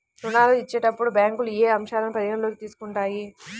ఋణాలు ఇచ్చేటప్పుడు బ్యాంకులు ఏ అంశాలను పరిగణలోకి తీసుకుంటాయి?